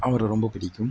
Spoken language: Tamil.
அவரை ரொம்ப பிடிக்கும்